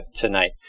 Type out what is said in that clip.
tonight